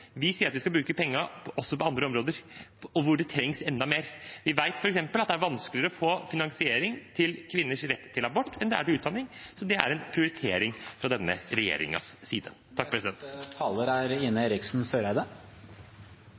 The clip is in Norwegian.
Vi sier at vi skal bruke pengene også på andre områder, hvor de trengs enda mer. Vi vet f.eks. at det er vanskeligere å få finansiering til kvinners rett til abort enn til utdanning, så det er en prioritering fra denne regjeringens side.